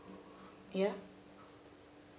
yeah